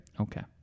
Okay